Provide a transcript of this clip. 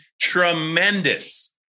Tremendous